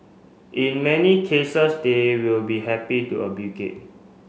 in many cases they will be happy to obligate